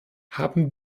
haben